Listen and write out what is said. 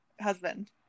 husband